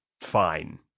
fine